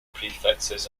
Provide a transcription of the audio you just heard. prefixes